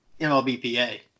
mlbpa